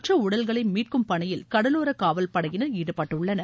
மற்ற உடல்களை மீட்கும் பணியில் கடலோர காவல்படையினர் ஈடுபட்டுள்ளனர்